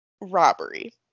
robbery